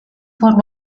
for